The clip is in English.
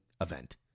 event